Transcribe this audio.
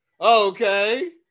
Okay